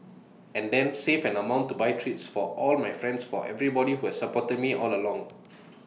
and then save an amount to buy treats for all my friends for everybody who has supported me all along